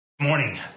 Morning